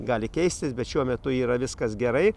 gali keistis bet šiuo metu yra viskas gerai